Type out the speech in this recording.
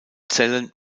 zellen